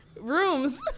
rooms